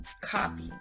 copy